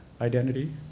identity